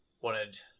wanted